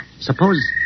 suppose